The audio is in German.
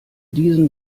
diesem